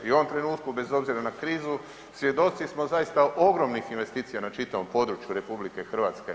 I u ovom trenutku bez obzira na krizu svjedoci smo zaista ogromnih investicija na čitavom području RH.